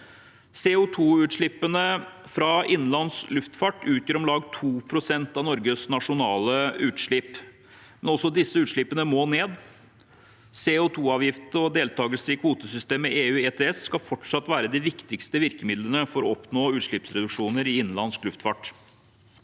CO2-utslippene fra innenlands luftfart utgjør om lag 2 pst. av Norges nasjonale utslipp, men også disse utslippene må ned. CO2-avgift og deltakelse i kvotesystemet EU ETS skal fortsatt være de viktigste virkemidlene for å oppnå utslippsreduksjoner i innenlandsk luftfart.